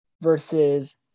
versus